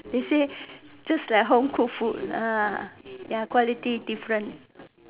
they say just like home cooked food ya quality different